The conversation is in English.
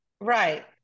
Right